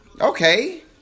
okay